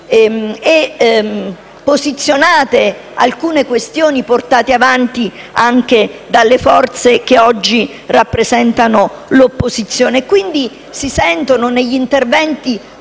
e posizionate alcune questioni portate avanti anche dalle forze che oggi rappresentano l'opposizione. Negli interventi